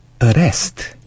arrest